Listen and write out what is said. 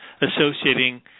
associating